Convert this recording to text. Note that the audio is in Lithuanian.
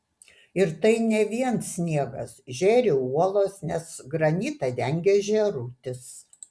ir tai ne vien sniegas žėri uolos nes granitą dengia žėrutis